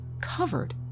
covered